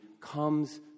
comes